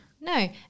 No